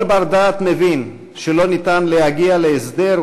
כל בר-דעת מבין שלא ניתן להגיע להסדר,